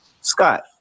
Scott